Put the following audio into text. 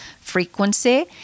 frequency